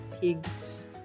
pigs